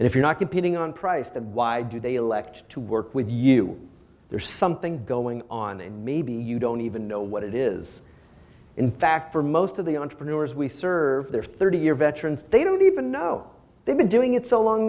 and if you're not competing on price then why do they elect to work with you there's something going on and maybe you don't even know what it is in fact for most of the entrepreneurs we serve there are thirty year veterans they don't even know they've been doing it so long